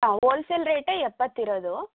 ಹಾಂ ಓಲ್ಸೇಲ್ ರೇಟೇ ಎಪ್ಪತ್ತು ಇರೋದು